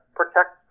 protect